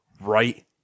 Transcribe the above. right